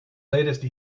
latest